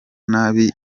nabi